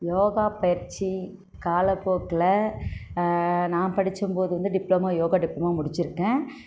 யோகா பயிற்சி காலப்போக்கில் நான் படிச்சபோது டிப்ளமோ யோகா டிப்ளமோ முடித்திருக்கேன்